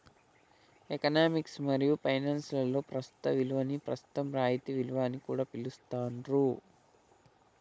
economics మరియు finance లలో ప్రస్తుత విలువని ప్రస్తుత రాయితీ విలువ అని కూడా పిలుత్తాండ్రు